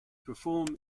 perform